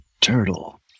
turtle